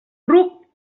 ruc